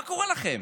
מה קורה לכם?